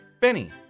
Benny